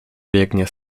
biegnie